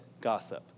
gossip